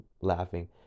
laughing